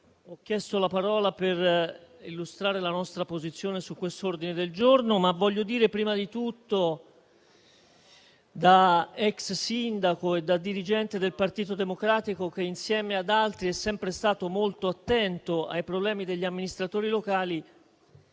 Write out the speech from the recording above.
ho chiesto la parola per illustrare la nostra posizione su questo ordine del giorno, ma voglio dire prima di tutto, da ex sindaco e da dirigente del Partito Democratico che insieme ad altri è sempre stato molto attento ai problemi degli amministratori locali,